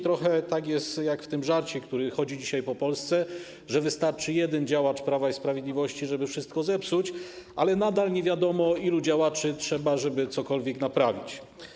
Trochę jest tak jak w tym żarcie, który dzisiaj słychać w Polsce, że wystarczy jeden działacz Prawa i Sprawiedliwości, żeby wszystko zepsuć, ale nadal nie wiadomo, ilu działaczy potrzeba, żeby cokolwiek naprawić.